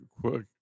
quick